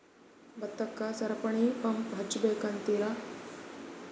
ಭತ್ತಕ್ಕ ಸರಪಣಿ ಪಂಪ್ ಹಚ್ಚಬೇಕ್ ಅಂತಿರಾ?